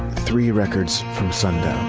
three records from sundown.